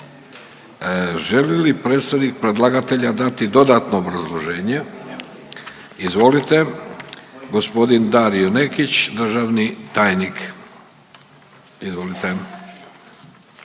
Želi li predstavnik predlagatelja dati dodatno obrazloženje? Izvolite, gospodin Dario Nekić državni tajnik. Izvolite.